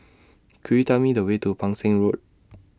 Could YOU Tell Me The Way to Pang Seng Road